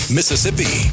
Mississippi